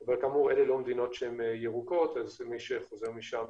אבל כאמור, אלה לא מדינות ירוקות אז מי שחוזר משם,